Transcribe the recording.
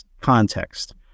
context